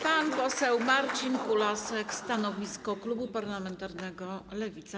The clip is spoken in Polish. Pan poseł Marcin Kulasek, stanowisko klubu parlamentarnego Lewica.